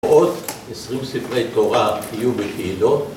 עוד עשרים ספרי תורה היו בקהילות